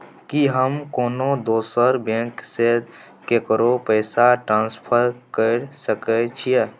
की हम कोनो दोसर बैंक से केकरो पैसा ट्रांसफर कैर सकय छियै?